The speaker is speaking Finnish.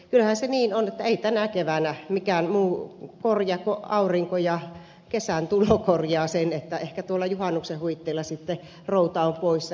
kyllähän se niin on että ei tänä keväänä mikään muu korjaa kuin aurinko ja kesän tulo sen että ehkä tuolla juhannuksen huitteilla sitten routa on poissa